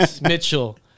Mitchell